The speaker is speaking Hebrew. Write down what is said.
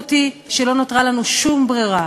המציאות היא שלא נותרה לנו שום ברירה.